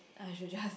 I should just